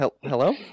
Hello